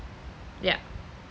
yup